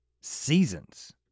seasons